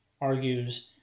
argues